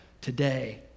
today